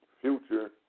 Future